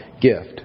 gift